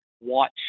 watch